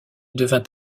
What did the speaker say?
devint